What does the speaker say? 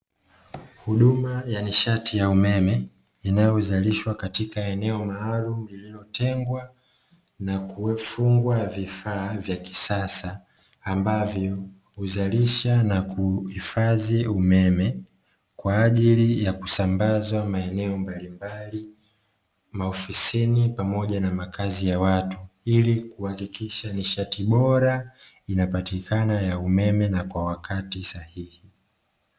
Huduma ya nishati ya umeme inayozalishwa katika eneo maalum kutengwa na kuwafungwa ya vifaa vya kisasa ambavyo huzalisha na kuhifadhi umeme Kwa ajili ya kusambazwa maeneo mbalimbali maofisini pamoja na makazi ya watu ili kuhakikisha nishati bora inapatikana ya umeme Kisasa na kwa wakati sahihi.